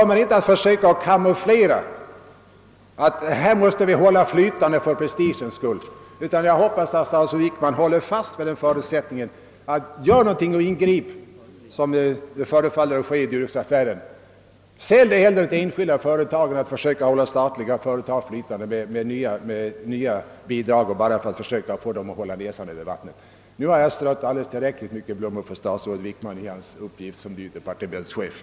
Jag tror inte att han kommer att försöka kamouflera bristerna och hålla verksamheten flytande för prestigens skull. Jag hoppas att statsrådet Wickman håller fast vid att man då skall handla, såsom tycks vara fallet i Duroxaffären. Sälj hellre till enskilda företag. Det är bättre än att försöka hålla näsan över vattnet på statliga företag genom nya bidrag! Nu har jag strött alldeles tillräckligt mycket blommor över statsrådet Wickman inför hans kommande uppgift som chef för det nya departementet.